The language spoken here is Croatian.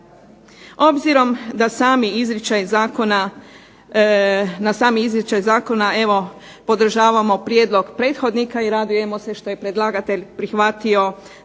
Obzirom da sami izričaj zakona evo podržavamo prijedlog prethodnika i radujemo se što je predlagatelj prihvatio da